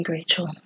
Rachel